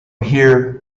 here